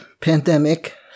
pandemic